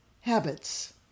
habits